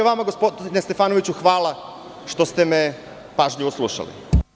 Vama gospodine Stefanoviću hvala što ste me pažljivo slušali.